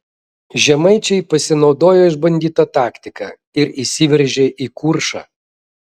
žemaičiai pasinaudojo išbandyta taktika ir įsiveržė į kuršą